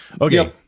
Okay